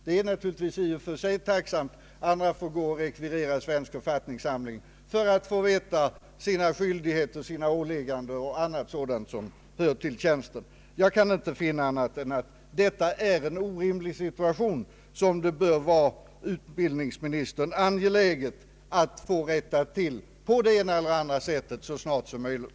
Det är naturligtvis i och för sig tacksamt, ty annars måste ju läraren själv rekvirera Svensk författningssamling för att få veta sina skyldigheter och annat som hör till tjänsten. Detta är, anser jag, en orimlig situation, som det bör vara utbildningsministern angeläget att på det ena eller andra sättet rätta till så snart som möj ligt.